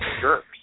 jerks